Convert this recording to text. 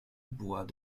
bois